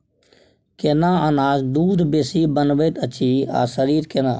केना अनाज दूध बेसी बनबैत अछि आ शरीर केना?